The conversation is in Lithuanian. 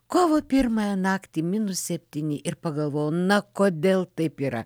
kovo pirmąją naktį minus septyni ir pagalvojau na kodėl taip yra